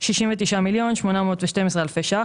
190 מיליון ו-188 אלפי ₪,